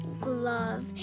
glove